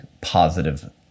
positive